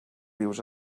rius